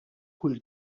kull